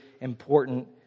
important